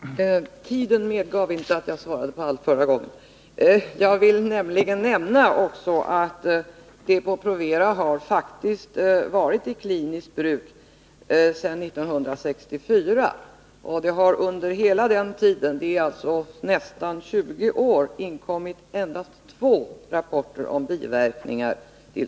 Herr talman! Tiden medgav inte att jag svarade på alla frågor i mitt förra inlägg. Jag vill också nämna att Depo-Provera faktiskt har varit i kliniskt bruk sedan 1964. Under hela den tiden, d.v.s. nästan 20 år, har det till socialstyrelsen inkommit endast två rapporter om biverkningar.